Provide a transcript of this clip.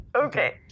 Okay